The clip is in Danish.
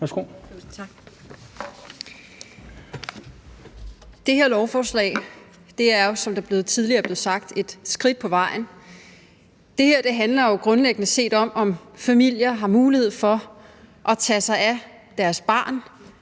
Tak. Det her lovforslag er jo, som der tidligere blev sagt, et skridt på vejen. Det handler jo grundlæggende set om, om familier har mulighed for at tage sig af deres børn